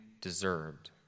deserved